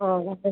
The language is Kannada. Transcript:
ಹೌದಾ ಸರಿ